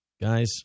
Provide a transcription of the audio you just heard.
Guys